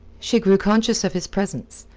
she grew conscious of his presence,